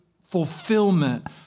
fulfillment